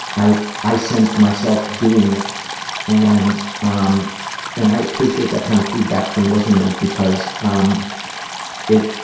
i i sensed myself doing it and um and i appreciate that kind of feedback from listeners because um it,